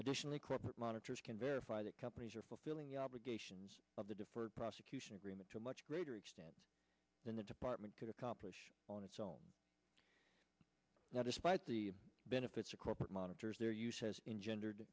additionally corporate monitors can verify that companies are fulfilling the obligations of the deferred prosecution agreement to a much greater extent than the department could accomplish on its own not just the benefits of corporate monitors their use has engendered